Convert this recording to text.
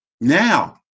now